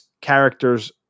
characters